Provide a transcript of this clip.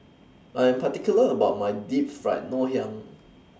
I Am particular about My Deep Fried Ngoh Hiang